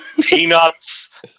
Peanuts